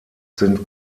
sind